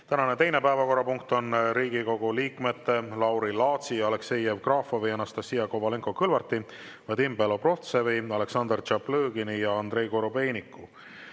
Tänane teine päevakorrapunkt on Riigikogu liikmete Lauri Laatsi, Aleksei Jevgrafovi, Anastassia Kovalenko-Kõlvarti, Vadim Belobrovtsevi, Aleksandr Tšaplõgini ja Andrei Korobeiniku